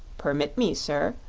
permit me, sir,